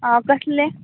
आं कसलें